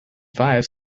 five